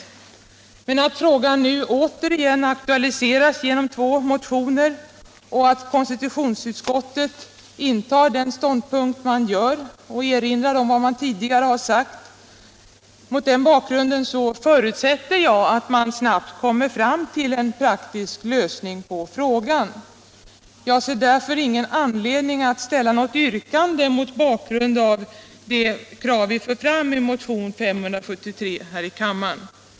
Men mot bakgrund av att frågan nu återigenom har aktualiserats genom två motioner, att konstitutionsutskottet intar den ståndpunkt det gör och erinrar om vad man tidigare sagt, förutsätter jag att man snabbt kommer fram till en praktisk lösning av frågan. Jag ser därför ingen anledning att ställa något yrkande mot bakgrund av de krav vi för fram i motionen 573.